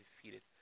defeated